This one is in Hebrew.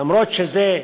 אומנם זה,